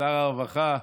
שר הרווחה.